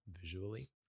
visually